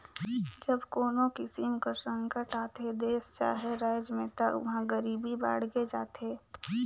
जब कोनो किसिम कर संकट आथे देस चहे राएज में ता उहां गरीबी बाड़गे जाथे